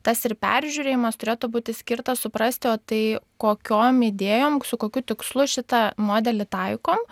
tas ir peržiūrėjimas turėtų būti skirtas suprasti o tai kokiom idėjom su kokiu tikslu šitą modelį taikom